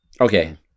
Okay